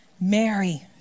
Mary